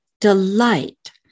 delight